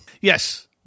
Yes